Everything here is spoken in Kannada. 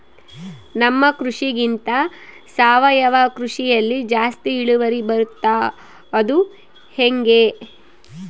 ನಮ್ಮ ಕೃಷಿಗಿಂತ ಸಾವಯವ ಕೃಷಿಯಲ್ಲಿ ಜಾಸ್ತಿ ಇಳುವರಿ ಬರುತ್ತಾ ಅದು ಹೆಂಗೆ?